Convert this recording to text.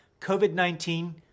COVID-19